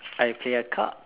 I play a card